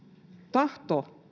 tahto